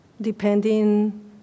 depending